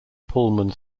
pullman